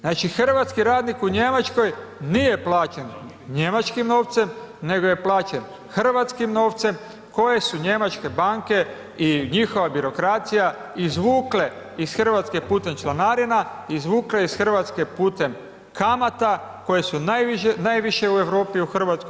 Znači hrvatski radnik u Njemačkoj nije plaćen njemačkim novcem, nego je plaćen hrvatskim novcem koji su njemačke banke i njihova birokracija izvukle iz Hrvatske putem članarina, izvukle iz Hrvatske putem kamata koje su najviše u Europi u Hrvatskoj.